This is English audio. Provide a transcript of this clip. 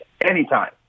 anytime